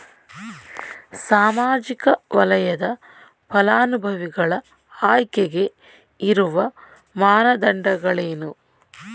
ಸಾಮಾಜಿಕ ವಲಯದ ಫಲಾನುಭವಿಗಳ ಆಯ್ಕೆಗೆ ಇರುವ ಮಾನದಂಡಗಳೇನು?